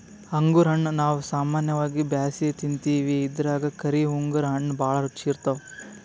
ಅಂಗುರ್ ಹಣ್ಣಾ ನಾವ್ ಸಾಮಾನ್ಯವಾಗಿ ಬ್ಯಾಸ್ಗ್ಯಾಗ ತಿಂತಿವಿ ಇದ್ರಾಗ್ ಕರಿ ಅಂಗುರ್ ಹಣ್ಣ್ ಭಾಳ್ ರುಚಿ ಇರ್ತವ್